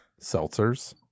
seltzers